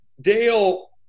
Dale